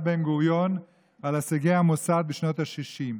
בן-גוריון על הישגי המוסד בשנות השישים.